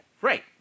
Right